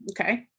Okay